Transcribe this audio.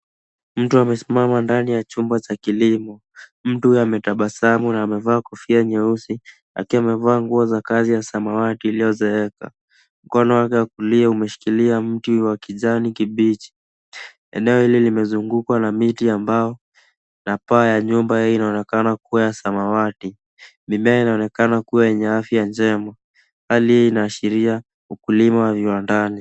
Mtu amesimama ndani ya chumba cha kilimo. Mtu huyu ametabasamu na amevaa kofia nyeusi akiwa amevaa nguo za kazi ya samawati iliyozeeka. Mkono wake wa kulia umeshikilia mti wa kijani kibichi. Eneo hili limezungukwa na miti ya mbao na paa ya nyumba hii inaonekana kuwa ya samawati. Mimea inaonekana kuwa yenye afya njema. Hali hii inaashiria ukulima wa viwandani.